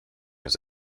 his